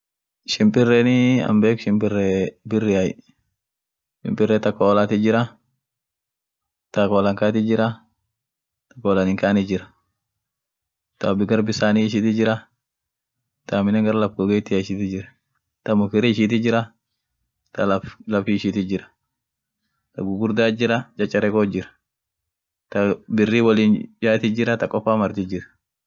Shimpirenii an beek shimpiree birriay, shimppire ta koolat jirra, ta koolan kaatit jirra, ta koolan hinkaaniit jirr, ta gar bissani ishitit jirra, ta aminen gar laf gogeetia ishitit jirr, ta mukir ishitit jirra, ta laff laff ishitit jir, ta gugurdaat jirra, chacharekot jir, ta birri wolin yatit jirra, ta koffa martit jir.